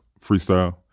freestyle